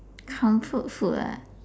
comfort food ah